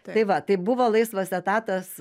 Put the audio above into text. tai va tai buvo laisvas etatas